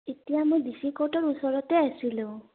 এতিয়া মই D C কৰ্টৰ ওচৰতে আছিলোঁ